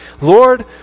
Lord